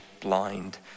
blind